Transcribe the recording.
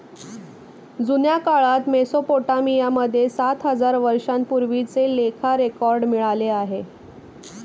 जुन्या काळात मेसोपोटामिया मध्ये सात हजार वर्षांपूर्वीचे लेखा रेकॉर्ड मिळाले आहे